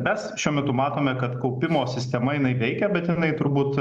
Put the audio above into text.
mes šiuo metu matome kad kaupimo sistema jinai veikia bet jinai turbūt